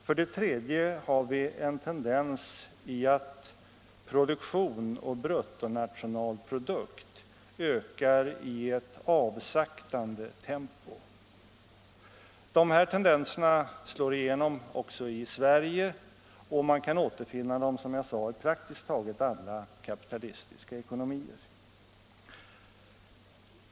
För det tredje tenderar produktion och bruttonationalprodukt att öka i ett avsaktande tempo. Dessa tendenser slår igenom också i Sverige, och man kan som jag sade återfinna dem i praktiskt taget alla kapitalistiska ekonomier.